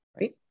Right